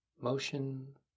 motion